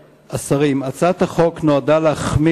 הצעת חוק חנייה לנכים (תיקון,